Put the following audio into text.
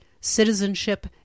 citizenship